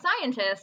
scientists